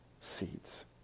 seeds